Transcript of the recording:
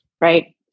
Right